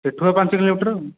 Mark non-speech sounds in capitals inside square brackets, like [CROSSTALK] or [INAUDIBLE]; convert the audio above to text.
ସେଠୁ ଆଉ କିଲୋମିଟର [UNINTELLIGIBLE]